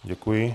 Děkuji.